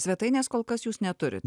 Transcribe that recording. svetainės kol kas jūs neturit